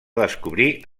descobrir